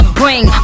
bring